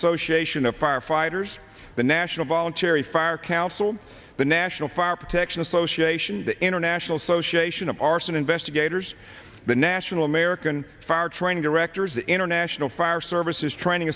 association of firefighters the national voluntary fire council the national fire protection association the international association of arson investigators the national american far trained directors international fire services training